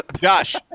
Josh